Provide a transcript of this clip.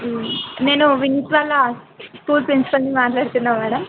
వినీత్ వాళ్ళ స్కూల్ ప్రిన్సిపాల్ని మాట్లాడుతున్నాను మేడం